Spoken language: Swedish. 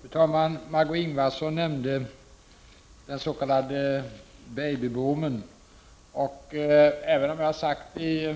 Fru talman! Margö Ingvardsson nämnde den s.k. babyboomen. Jag har sagt i